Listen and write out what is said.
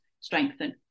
strengthen